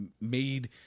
made